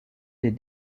des